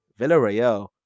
Villarreal